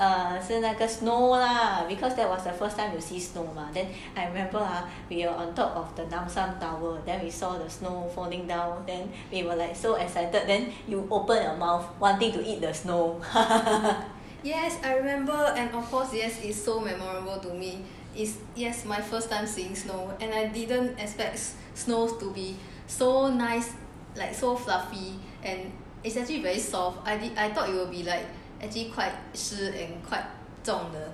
err 是那个 snow lah because that was the first time you will see snow mah then I remember ah we are on top of the namsan tower there he saw the snow falling down then they were like so excited then you open your mouth wanting to eat the snow